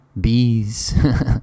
bees